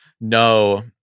No